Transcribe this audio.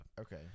Okay